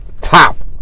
top